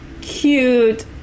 cute